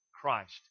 Christ